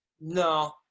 no